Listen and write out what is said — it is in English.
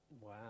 Wow